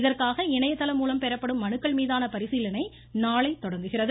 இதற்காக இணையதளம் மூலம் பெறப்படும் மனுக்கள்மீதான பரிசீலனை நாளை தொடங்குகிறது